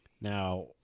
Now